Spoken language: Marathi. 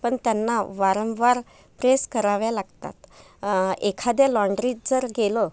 पण त्यांना वारंवार प्रेस कराव्या लागतात एखाद्या लॉन्ड्रीत जर गेलं